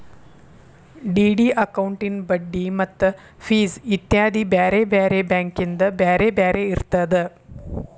DD ಅಕೌಂಟಿನ್ ಬಡ್ಡಿ ಮತ್ತ ಫಿಸ್ ಇತ್ಯಾದಿ ಬ್ಯಾರೆ ಬ್ಯಾರೆ ಬ್ಯಾಂಕಿಂದ್ ಬ್ಯಾರೆ ಬ್ಯಾರೆ ಇರ್ತದ